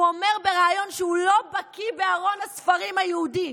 הוא אומר בריאיון שהוא לא בקי בארון הספרים היהודי.